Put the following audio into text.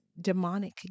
demonic